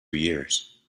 years